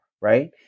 right